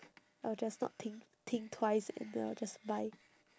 I'll just not think think twice and then I'll just buy